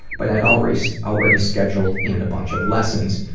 but i'd already so already scheduled in a bunch of lessons.